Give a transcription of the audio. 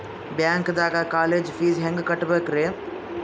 ಬ್ಯಾಂಕ್ದಾಗ college fees ಹೆಂಗ್ ಕಟ್ಟ್ಬೇಕ್ರಿ?